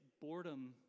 boredom